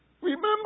remember